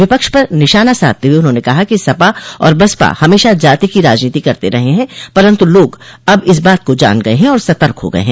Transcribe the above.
विपक्ष पर निशाना साधते हुए उन्होंने कहा कि सपा और बसपा हमेशा जाति की राजनीति करते हैं परन्तु लोग अब इस बात को जान गए ह और सतर्क हो गए हैं